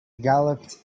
galloped